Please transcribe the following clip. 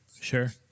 Sure